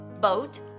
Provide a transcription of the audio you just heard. boat